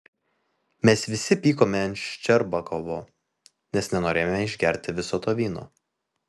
mes visi pykome ant ščerbakovo nes nenorėjome išgerti viso to vyno